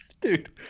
Dude